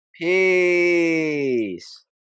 peace